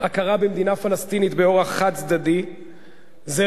הכרה במדינה פלסטינית באורח חד-צדדי לא